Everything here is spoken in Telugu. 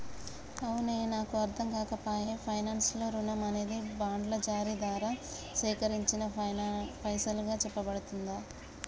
అవునే నాకు అర్ధంకాక పాయె పైనాన్స్ లో రుణం అనేది బాండ్ల జారీ దారా సేకరించిన పైసలుగా సెప్పబడుతుందా